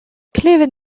klevet